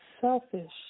selfish